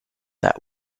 that